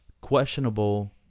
questionable